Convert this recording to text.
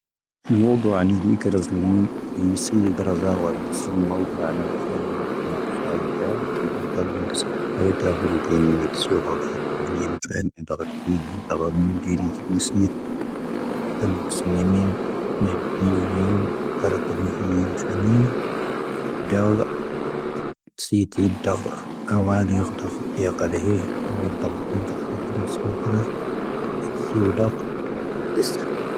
ⵏⴷⵉ ⵎⵡoⴷⵓ ⴰⵏⵉ ⵏⴷⵉ ⵇⴻⵔⴰⵣⴳⵀⴰ ⵏⴷⵉ ⵏⴷⵉ ⵙⵉⵢⴻ ⵢⵉⵙⵢⴻⵉ ⵇⴻⵔⴰⵣⴰⴳⵀⵓⴰ ⵊⵉⵙⵔ ⵏⵎⵡoⴷⵓ ⴰⵏⵉ ⵡⴰⴽⵀⴰⴰⵏ ⵏⴷⵉ ⵀⵉⴻ ⵏ ⴳⵙⵀⴰⴳⴷⴰ ⴰⴷⴱⵓⴱⵓ ⵏⴷⵉ ⵡⴰⴷⵓⵜⴰⴽ ⵏⴷⵉ ⵙⵀⴰⵏⵢⴻⵉ. ⴰⵔⵜⴰ ⵀⵓⵏⴷⵉ ⵏⵉⵏⴷⵉⵜ ⵙⵢo ⴳⴰⴷⴰ ⵏⵉⵏⴷⵉⵏ ⴼⴰⵏ, ⵏⵏⴷⴰⴽⴰⵜ ⵏⵉⵏⴷⵉⵏ ⵜⴰⵍⴰ ⵎⵓⵏⴷⵉ ⵏⵉⵏⴷⵉⵏ ⵉⵙⵏⵉⵜ. ⴷⵀⴰ ⵎⵡoⵙⵏⵉⵎⵉⵏ, ⵏⵏⴷⵉ ⵏⵉⵏⴷⵉⵏ, ⵀⴰⵔⴰⵜⴰⴷⵉⵏ ⵀⵉ ⵢⵉⵏ cⵀⴰⵏⵢⵉⵏ. ⴷⴻⵍ. ⵜⵉ ⵜⵉ ⴷⴰⴽⴰⵡⴰⴷ ⵢⵉ ⴳⴷⴰⴽⴰⵜⵢⴰ ⴽⴰⵔⴻⵀⴻ, ⴰⵡⴰⴷ ⴷⴰⴽⴰⵡⵉⵏ ⴷⴰⴽⴰⴷ ⵏⵉⵏⴷⵉⵏ ⵉⵙⵏⵉⵜ ⴽⴻⵔⴰ. ⴰⵜ ⵙⵢo ⴷⴰⴽ. ⴷⵉⵙⵢⴰ.